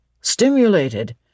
stimulated